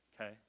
okay